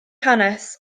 hanes